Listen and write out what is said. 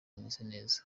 mwiseneza